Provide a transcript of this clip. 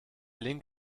link